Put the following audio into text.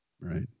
Right